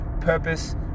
Purpose